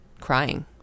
crying